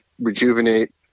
rejuvenate